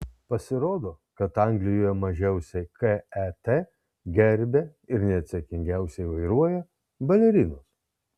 pasirodo kad anglijoje mažiausiai ket gerbia ir neatsakingiausiai vairuoja balerinos